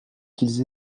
qu’ils